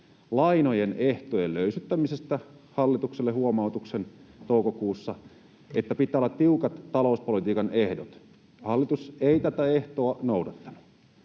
lainojen ehtojen löysyttämisestä hallitukselle huomautuksen toukokuussa, että pitää olla tiukat talouspolitiikan ehdot. Hallitus ei tätä ehtoa noudattanut.